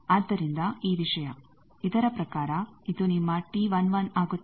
ಆದ್ದರಿಂದ ಈ ವಿಷಯ ಇದರ ಪ್ರಕಾರ ಇದು ನಿಮ್ಮ T11 ಆಗುತ್ತದೆ